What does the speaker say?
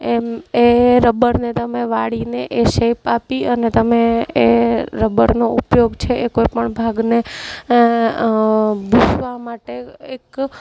એમ એ રબરને તમે વાળીને એ શેપ આપી અને તમે એ રબરનો ઉપયોગ છે એ કોઈપણ ભાગને ભૂસવા માટે એક